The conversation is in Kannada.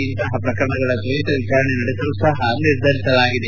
ಇಂತಹ ಪ್ರಕರಣಗಳ ತ್ವರಿತ ವಿಚಾರಣೆ ನಡೆಸಲು ಸಹ ನಿರ್ಧರಿಸಲಾಗಿದೆ